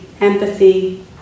empathy